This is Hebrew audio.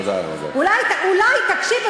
אולי תקשיב,